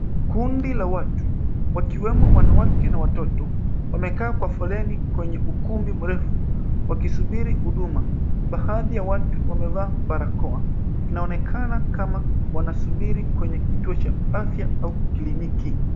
Kundi la watu, wakiwemo wanawake na watoto, wamekaa kwa foleni kwenye ukumbi mrefu wakisubiiri huduma. Baadhi ya watu wamevaa barakoa, inaonekana kama wanasubiri kwenye kituo cha afya au kliniki.